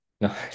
No